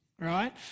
Right